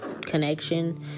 connection